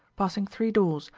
passing three doors,